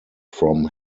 from